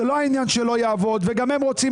זה לא העניין שלא יעבוד וגם הם רוצים